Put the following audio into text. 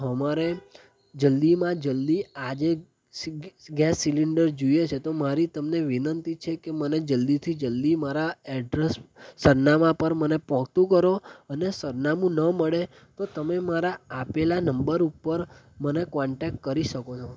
અમારે જલ્દીમાં જલ્દી આજે ગેસ સિલીન્ડર જોઇએ છે તો મારી તમને વિનંતી છે કે મને જલ્દીથી જલ્દી મારાં એડ્રસ સરનામાં પર મને પહોંચતું કરો અને સરનામું ન મળે તો તમે મારા આપેલા નંબર ઉપર મને કોન્ટેક કરી શકો છો